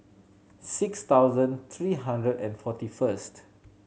six thousand three hundred and forty first